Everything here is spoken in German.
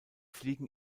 fliegen